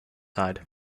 side